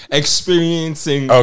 experiencing